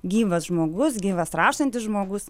gyvas žmogus gyvas rašantis žmogus